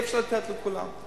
אי-אפשר לתת לכולם.